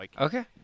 Okay